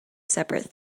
seperate